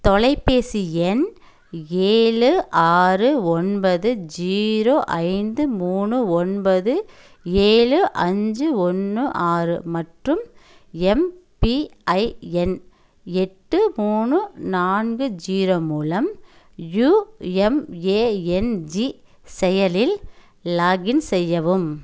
தொலைபேசி எண் ஏழு ஆறு ஒன்பது ஜீரோ ஐந்து மூணு ஒன்பது ஏழு அஞ்சு ஒன்று ஆறு மற்றும் எம்பிஐஎன் எட்டு மூணு நான்கு ஜீரோ மூலம் யுஎம்ஏஎன்ஜி செயலில் லாக்இன் செய்யவும்